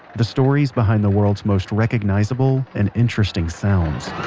the stories behind the world's most recognizable and interesting sounds.